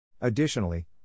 Additionally